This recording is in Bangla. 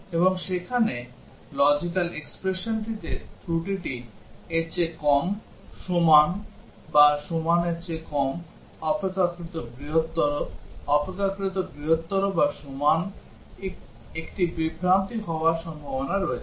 এবং সেখানে লজিক্যাল এক্সপ্রেশনটিতে ত্রুটিটি এর চেয়ে কম সমান বা সমানের চেয়ে কম অপেক্ষাকৃত বৃহত্তর অপেক্ষাকৃত বৃহত্তর বা সমান একটি বিভ্রান্তি হওয়ার সম্ভাবনা রয়েছে